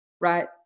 right